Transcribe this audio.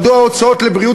מדוע ההוצאות על בריאות,